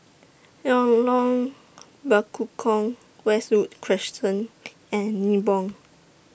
Lorong Bekukong Westwood Crescent and Nibong